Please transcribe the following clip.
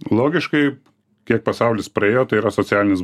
logiškai kiek pasaulis praėjo tai yra socialinis